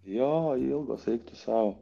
jo ilgos eik tu sau